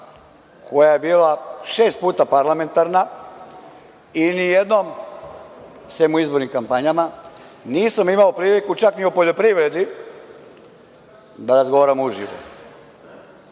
koja je bila šest puta parlamentarna, i nijednom, sem u izbornim kampanjama, nisam imao priliku čak ni o poljoprivredi da razgovaram